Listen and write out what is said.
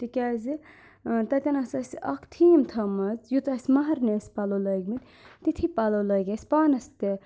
تِکیازِ تَتؠن ٲسۍ اَسہِ اَکھ تھیٖم تھٲمٕژ یُتھ اَسہِ مَہرنہِ ٲسۍ پَلو لٲگمٕتۍ تِتھی پَلو لٲگۍ اَسہِ پانَس تہِ